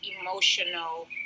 emotional